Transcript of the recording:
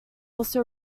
also